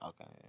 Okay